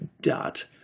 dot